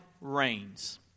reigns